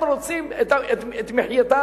הם רוצים את מחייתם.